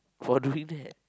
for doing that